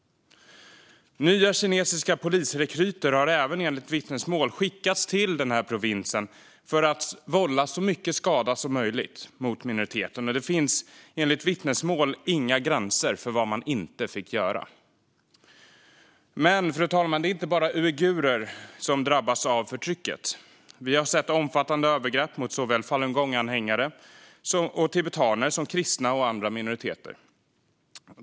Nya kinesiska polisrekryter har även enligt vittnesmål skickats till provinsen för att vålla så mycket skada som möjligt mot minoriteten, och det fanns enligt vittnesmålen inga gränser för vad man fick göra. Fru talman! Det är inte bara uigurer som drabbas av förtrycket. Vi har sett omfattande övergrepp mot såväl falungonganhängare och tibetaner som kristna och andra minoriteter.